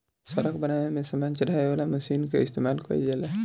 सड़क बनावे में सामान चढ़ावे वाला मशीन कअ इस्तेमाल कइल जाला